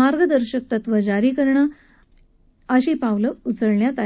मार्गदर्शक तत्व जारी केली जात आहे असं चौबे यांनी सांगितलं